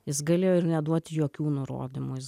jis galėjo ir neduoti jokių nurodymų jis